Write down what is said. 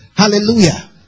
Hallelujah